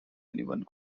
anyone